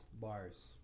Bars